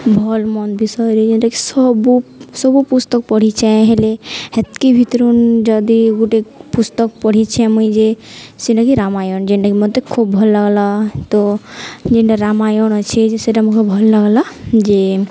ଭଲ୍ ମନ ବିଷୟରେ ଯେନ୍ଟାକି ସବୁ ସବୁ ପୁସ୍ତକ ପଢ଼ିଛେଁ ହେଲେ ଏତ୍କି ଭିତରନ୍ ଯଦି ଗୁଟେ ପୁସ୍ତକ ପଢ଼ିଛେ ମୁଇଁ ଯେ ସେଟାକି ରାମାୟଣ ଯେନ୍ଟାକି ମତେ ଖୁବ୍ ଭଲ୍ ଲାଗ୍ଲା ତ ଯେନ୍ଟା ରାମାୟଣ ଅଛେ ଯେ ସେଟା ମୋତେ ଭଲ୍ ଲାଗ୍ଲା ଯେ